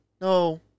no